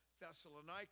Thessalonica